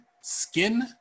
skin